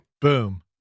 boom